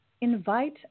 invite